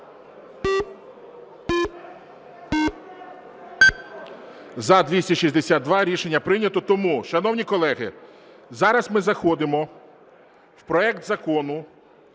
За-262 Рішення прийнято. Тому, шановні колеги, зараз ми заходимо в проект Закону